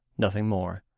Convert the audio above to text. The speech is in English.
nothing more,